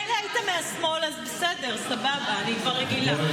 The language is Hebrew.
מילא היית מהשמאל, אז בסדר, סבבה, אני רגילה.